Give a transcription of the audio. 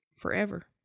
forever